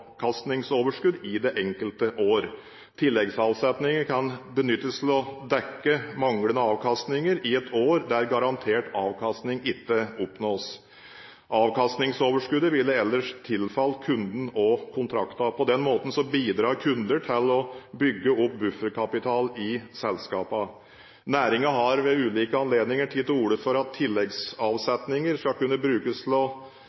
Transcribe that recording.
avkastningsoverskudd i det enkelte år. Tilleggsavsetninger kan benyttes til å dekke manglende avkastninger i et år der garantert avkastning ikke oppnås. Avkastningsoverskuddet ville ellers tilfalt kunden og kontrakten. På den måten bidrar kunder til å bygge opp bufferkapital i selskapene. Næringen har ved ulike anledninger tatt til orde for at